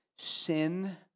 sin